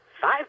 Five